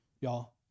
y'all